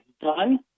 done